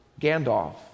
Gandalf